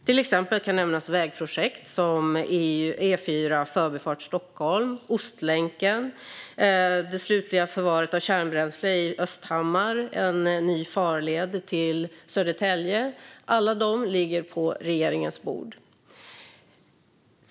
Till exempel kan nämnas vägprojekt som E4 Förbifart Stockholm, Ostlänken, det slutliga förvaret av kärnbränsle i Östhammar och en ny farled till Södertälje. Alla dessa ligger på regeringens bord.